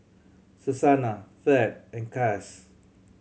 Susannah Fed and Cass